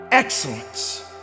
excellence